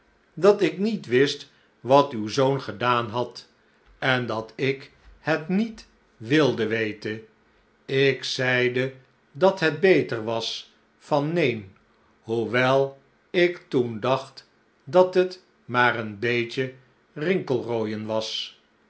dat ik niet wist wat uw zoon gedaan had en dat ik het niet wilde weten ik zeide dat het beter was van neen hoewel ik toen dacht dat het maar een beetje rinkelrooien was